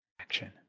action